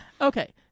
okay